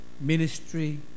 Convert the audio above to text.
ministry